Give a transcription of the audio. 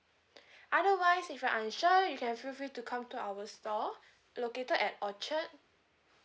otherwise if you're unsure you can feel free to come to our store located at orchard